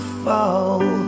fall